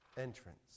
entrance